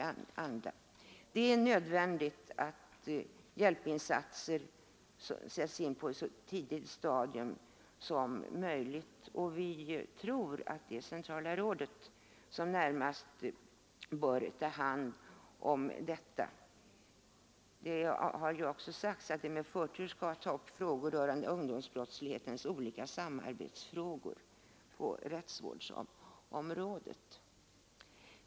Hjälp måste sättas in på ett så tidigt stadium som möjligt, och vi tror att det är det centrala rådet som närmast bör ta hand om detta. Det har ju också sagts att rådet med förtur skall ta upp ärenden rörande ungdomsbrottsligheten och olika samarbetsfrågor på rättsvårdsområdet.